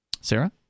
Sarah